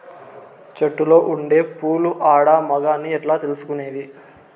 చెట్టులో ఉండే పూలు ఆడ, మగ అని ఎట్లా తెలుసుకునేది?